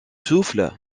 souffle